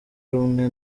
rumwe